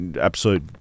Absolute